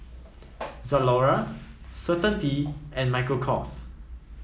Zalora Certainty and Michael Kors